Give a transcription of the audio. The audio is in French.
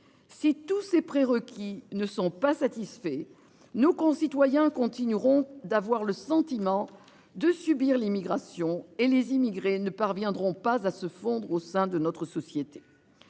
Si tous ces prérequis ne sont pas satisfaits. Nos concitoyens continueront d'avoir le sentiment de subir l'immigration et les immigrés ne parviendront pas à se fondre au sein de notre société.